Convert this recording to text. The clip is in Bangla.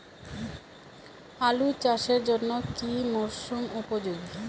আলু চাষের জন্য কি মরসুম উপযোগী?